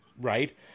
right